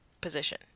position